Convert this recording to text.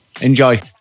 enjoy